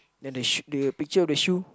then the shoe the picture of the shoe